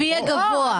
לפי הגבוה.